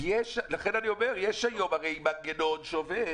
לכן אני אומר, הרי יש היום מנגנון שעובד